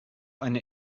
eine